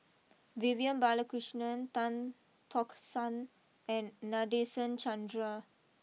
Vivian Balakrishnan Tan Tock San and Nadasen Chandra